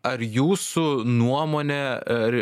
ar jūsų nuomone ar